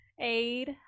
aid